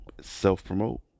Self-promote